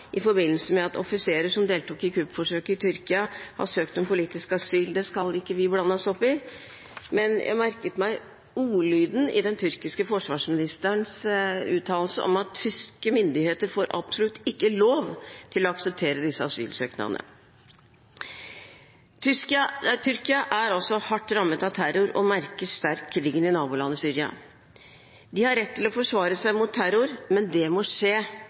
i forbindelse med at offiserer som deltok i kuppforsøket i Tyrkia, har søkt om politisk asyl. Det skal ikke vi blande oss opp i, men jeg merket meg ordlyden i den tyrkiske forsvarsministerens uttalelse, at tyske myndigheter får absolutt ikke lov til å akseptere disse asylsøknadene. Tyrkia er altså hardt rammet av terror og merker sterkt krigen i nabolandet Syria. De har rett til å forsvare seg mot terror, men det må skje